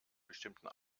bestimmten